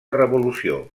revolució